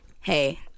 hey